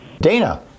dana